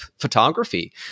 photography